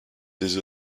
des